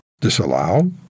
disallow